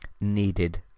needed